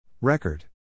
Record